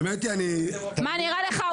האמת היא --- מה נראה לך?